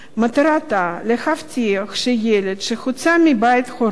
אשר מטרתה להבטיח שילד שהוצא מבית הוריו